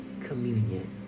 communion